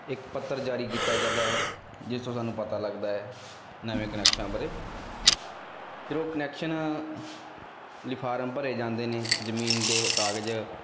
ਇੱਕ ਪੱਤਰ ਜਾਰੀ ਕੀਤਾ ਜਾਂਦਾ ਹੈ ਜਿਸ ਤੋਂ ਸਾਨੂੰ ਪਤਾ ਲੱਗਦਾ ਹੈ ਨਵੇਂ ਕਨੈਕਸ਼ਨਾਂ ਬਾਰੇ ਫਿਰ ਉਹ ਕਨੈਕਸ਼ਨ ਲਈ ਫਾਰਮ ਭਰੇ ਜਾਂਦੇ ਨੇ ਜਮੀਨ ਦੇ ਉਹ ਕਾਗਜ਼